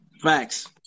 Facts